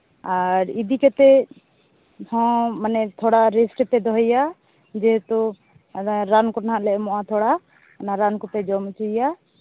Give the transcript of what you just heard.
ᱟᱨ ᱤᱫᱤ ᱠᱟᱛᱮ ᱦᱚᱸ ᱛᱷᱚᱲᱟ ᱨᱮᱥᱴ ᱨᱮᱯᱮ ᱫᱚᱦᱚᱭᱮᱭᱟ ᱡᱮᱦᱮᱛᱩ ᱚᱱᱟ ᱨᱟᱱ ᱠᱚᱦᱟᱸᱜ ᱞᱮ ᱮᱢᱚᱜᱼᱟ ᱛᱷᱚᱲᱟ ᱚᱱᱟ ᱨᱟᱱ ᱠᱚᱯᱮ ᱡᱚᱢ ᱦᱚᱪᱚᱭᱮᱭᱟ